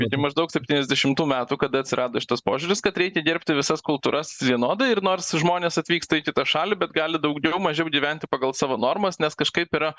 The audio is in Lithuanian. iki maždaug septyniasdešimtų metų kada atsirado šitas požiūris kad reikia gerbti visas kultūras vienodai ir nors žmonės atvyksta į kitą šalį bet gali daugiau mažiau gyventi pagal savo normas nes kažkaip yra